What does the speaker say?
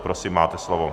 Prosím, máte slovo.